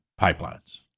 pipelines